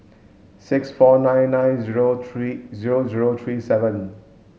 six four nine nine zero three zero zero three seven